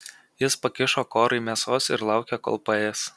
jis pakišo korai mėsos ir laukė kol paės